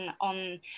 on